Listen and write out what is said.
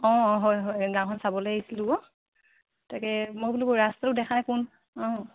অঁ অঁ হয় হয় গাঁওখন চাবলৈ আহিছিলোঁ আকৌ তাকে মই বোলো ৰাস্তাটো দেখা নাই কোন অঁ